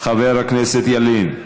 חבר הכנסת ילין,